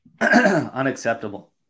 unacceptable